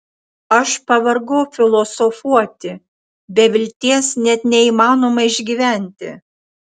aš pavargau filosofuoti be vilties net neįmanoma išgyventi